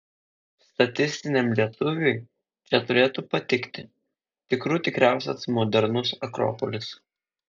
statistiniam lietuviui čia turėtų patikti tikrų tikriausias modernus akropolis